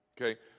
okay